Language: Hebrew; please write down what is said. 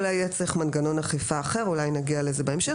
אולי יהיה צריך מנגנון אכיפה אחר ואולי נגיע לזה בהמשך.